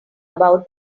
about